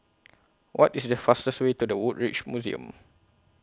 What IS The fastest Way to The Woodbridge Museum